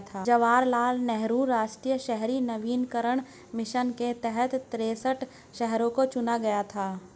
जवाहर लाल नेहरू राष्ट्रीय शहरी नवीकरण मिशन के तहत तिरेसठ शहरों को चुना गया था